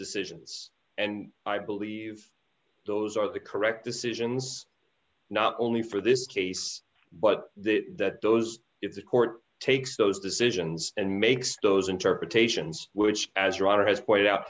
decisions and i believe those are the correct decisions not only for this case but that those if the court takes those decisions and makes those interpretations which as your honor has pointed out